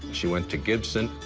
she went to gibson.